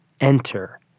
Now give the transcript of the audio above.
enter